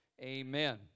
Amen